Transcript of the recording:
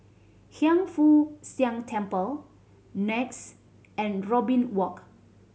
Hiang Foo Siang Temple NEX and Robin Walk